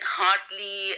hardly